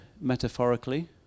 metaphorically